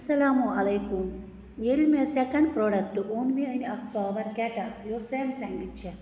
اَسَلامُ علیکُم ییٚلہِ مےٚ سیٚکَنٛڈ پرٛوڈَکٹ اوٚن مےٚ أنۍ اکھ پاوَر کیٚٹَل یوٚس سیم سَنٛگٕچ چھَ